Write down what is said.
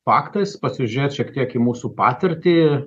faktais pasižiūrėt šiek tiek į mūsų patirtį